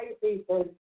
people